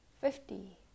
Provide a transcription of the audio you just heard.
fifty